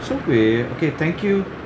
so we okay thank you